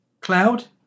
cloud